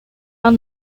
are